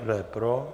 Kdo je pro?